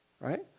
Right